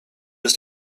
ist